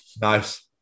nice